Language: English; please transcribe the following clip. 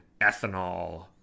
ethanol